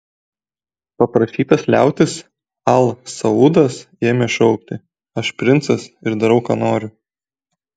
paprašytas liautis al saudas ėmė šaukti aš princas ir darau ką noriu